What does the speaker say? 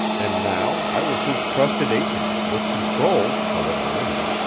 and now i was his trusted agent, with control, however limited,